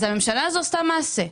אז הממשלה הזו עשתה מעשה,